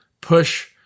push